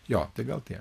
jo tai gal tiek